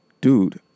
Dude